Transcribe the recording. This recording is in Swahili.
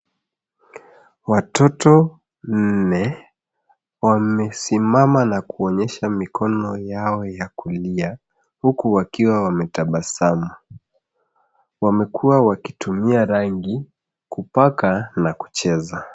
Watoto nne wamesimama na kuonyesha mikono yao ya kulia huku wakiwa wametabasamu. Wamekua wakitumia rangi kupaka na kucheza.